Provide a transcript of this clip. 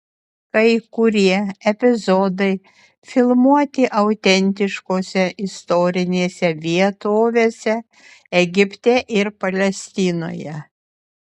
kai kurie epizodai filmuoti autentiškose istorinėse vietovėse egipte ir palestinoje